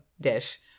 dish